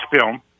film